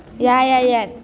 ya ya ya